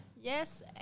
yes